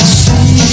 see